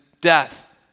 death